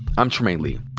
i'm trymaine lee.